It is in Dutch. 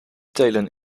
telen